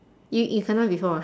you you kena before ah